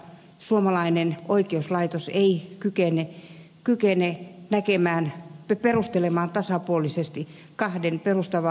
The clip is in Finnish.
suomalainen oikeuslaitos ei kykene tekemään tuomiota kahden perustavaa